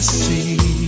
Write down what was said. see